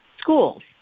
schools